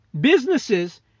Businesses